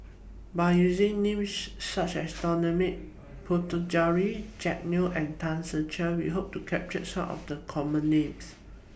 By using Names such as Dominic Puthucheary Jack Neo and Tan Ser Cher We Hope to capture Some of The Common Names